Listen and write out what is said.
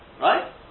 right